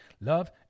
love